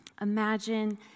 imagine